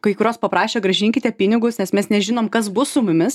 kai kurios paprašė grąžinkite pinigus nes mes nežinom kas bus su mumis